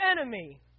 enemy